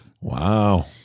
Wow